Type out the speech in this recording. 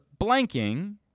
blanking